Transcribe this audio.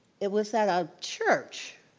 it was at a church.